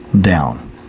down